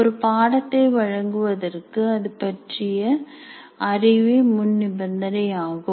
ஒரு பாடத்தை வழங்குவதற்கு அது பற்றிய அறிவே முன் நிபந்தனையாகும்